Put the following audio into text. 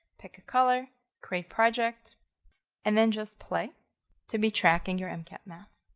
pick a color, create project and then just play to be tracking your mcat math.